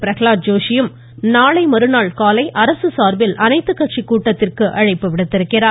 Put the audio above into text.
பிரஹலாத் ஜோஷியும் நாளை மறுநாள் காலை அரசு சார்பில் அனைத்துக்கட்சிக் கூட்டத்திற்கு அழைப்பு விடுத்திருக்கிறார்